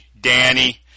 Danny